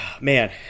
Man